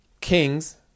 kings